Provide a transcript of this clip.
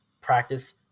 practice